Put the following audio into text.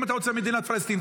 אם אתה רוצה מדינת פלסטין,